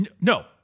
No